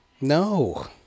No